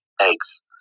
eggs